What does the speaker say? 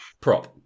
Prop